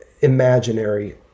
imaginary